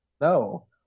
No